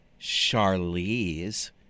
Charlize